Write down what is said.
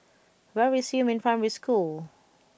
where is Yumin Primary School